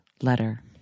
letter